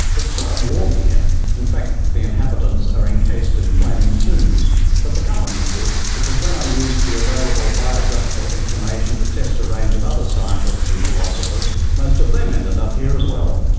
it's quite warm here in fact, the inhabitants are encased in flaming tombs but the company's good, because when i used available biographical information to test a range of other scientists and philosophers, most of them ended up here as well.